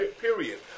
period